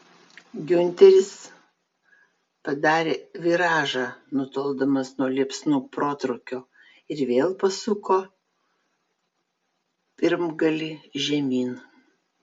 giunteris padarė viražą nutoldamas nuo liepsnų protrūkio ir vėl pasuko pirmgalį žemyn